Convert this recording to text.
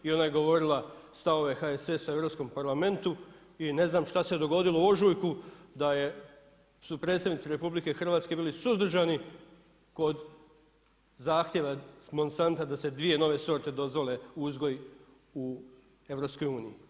I ona je govorila stavove HSS-a u Europskom parlamentu i ne znam šta se dogodilo u ožujku da su predstavnici RH, bili suzdržani kod zahtjeva Monsanta da se 2 nove sorte dozvole uzgoj u EU.